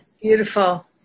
beautiful